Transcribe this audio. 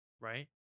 right